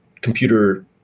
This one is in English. computer